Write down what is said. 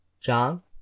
John